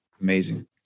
Amazing